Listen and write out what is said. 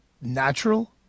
natural